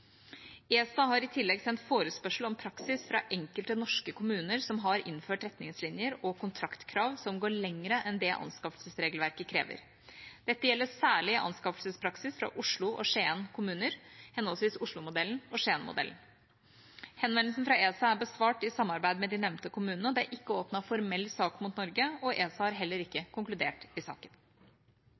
ESA har i tillegg sendt forespørsel om praksis fra enkelte norske kommuner som har innført retningslinjer og kontraktskrav som går lenger enn det anskaffelsesregelverket krever. Dette gjelder særlig anskaffelsespraksis fra Oslo og Skien kommuner, henholdsvis Oslomodellen og Skiensmodellen. Henvendelsen fra ESA er besvart i samarbeid med de nevnte kommunene. Det er ikke åpnet formell sak mot Norge, og ESA har heller ikke konkludert i saken.